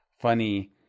funny